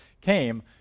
came